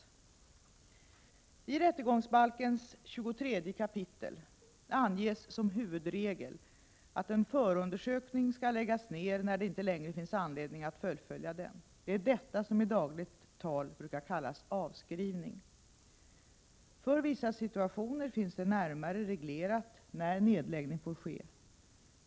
I 23 kap. rättegångsbalken anges som huvudregel att en förundersökning skall läggas ned när det inte längre finns anledning att fullfölja den. Det är detta som i dagligt tal brukar kallas avskrivning. För vissa situationer finns det närmare reglerat när nedläggning får ske.